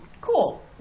Cool